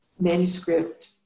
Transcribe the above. manuscript